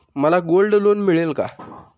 मला gold loan मिळेल का?